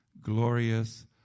glorious